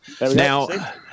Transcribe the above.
Now